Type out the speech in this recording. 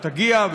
ותגיע,